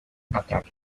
natal